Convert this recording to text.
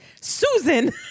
susan